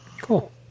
cool